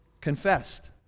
confessed